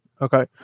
Okay